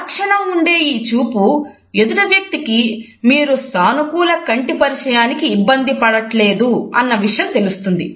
అరక్షణం ఉండె ఈచూపు ఎదుటి వ్యక్తికి మీరు సానుకూల కంటి పరిచయానికి ఇబ్బంది పడట్లేదు అన్న విషయం తెలుస్తుంది